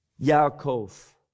Yaakov